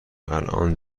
الان